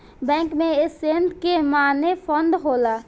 bank में asset के माने फंड होला